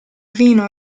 vino